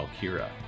Alkira